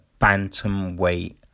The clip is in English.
bantamweight